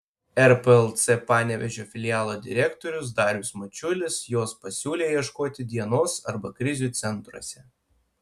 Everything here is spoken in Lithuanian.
rplc panevėžio filialo direktorius darius mačiulis jos pasiūlė ieškoti dienos arba krizių centruose